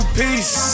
peace